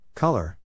Color